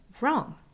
wrong